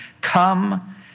come